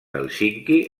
hèlsinki